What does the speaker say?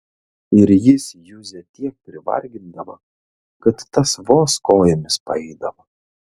ir jis juzę tiek privargindavo kad tas vos kojomis paeidavo